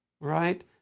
right